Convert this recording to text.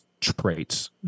traits